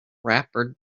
wrapper